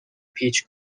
پیچ